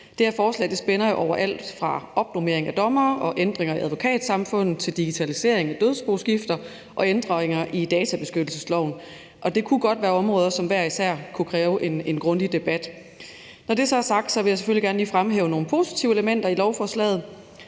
Det her forslag spænder jo over alt fra opnormering af dommere og ændringer af Advokatsamfundet til digitalisering af dødsboskifter og ændringer i databeskyttelsesloven. Det kunne godt være områder, som hver især kunne kræve en grundig debat. Når det så er sagt, vil jeg selvfølgelig gerne lige fremhæve nogle positive elementer i lovforslaget.